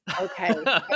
Okay